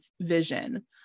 vision